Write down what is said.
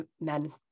men